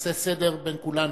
נעשה סדר בין כולנו.